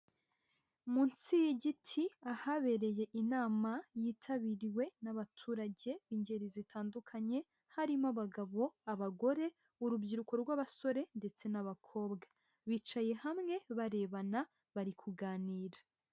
Munsi y'igiti ahabereye inama yitabiriwe n'abaturage ingeri zitandukanye, harimo abagabo, abagore, urubyiruko rw'abasore, ndetse n'abakobwa, bicaye hamwe barebana, bari kuganira.